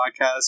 podcast